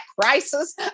crisis